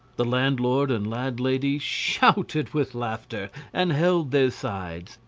the landlord and landlady shouted with laughter and held their sides.